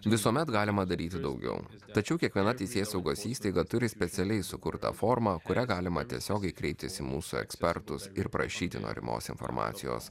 visuomet galima daryti daugiau tačiau kiekviena teisėsaugos įstaiga turi specialiai sukurtą formą kuria galima tiesiogiai kreiptis į mūsų ekspertus ir prašyti norimos informacijos